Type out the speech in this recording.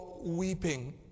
weeping